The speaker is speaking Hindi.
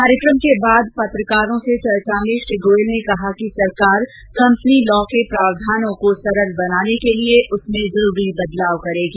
कार्यक्रम के बाद पत्रकारों से चर्चा में श्री गोयल ने कहा कि सरकार कंपनी लॉ के प्रावधानों को सरल बनाने के लिए उसमें जरूरी बदलाव करेगी